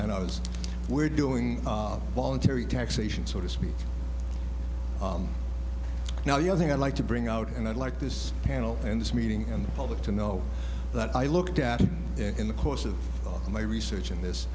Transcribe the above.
i was we're doing voluntary taxation so to speak now you think i'd like to bring out and i'd like this panel and this meeting and the public to know that i looked at it in the course of my research in this